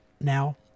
now